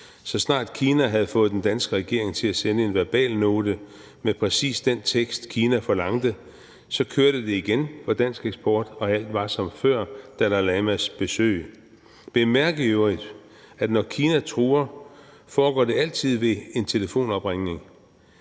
Så snart Kina havde fået den danske regering til at sende en verbalnote med præcis den tekst, Kina forlangte, så kørte det igen for dansk eksport, og alt var som før Dalai Lamas besøg. Bemærk i øvrigt, at når Kina truer, foregår det altid ved en telefonopringning.